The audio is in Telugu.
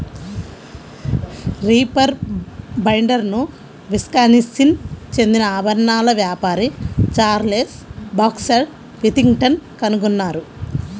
రీపర్ బైండర్ను విస్కాన్సిన్ చెందిన ఆభరణాల వ్యాపారి చార్లెస్ బాక్స్టర్ విథింగ్టన్ కనుగొన్నారు